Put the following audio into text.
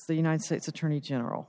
the united states attorney general